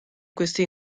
questi